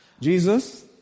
Jesus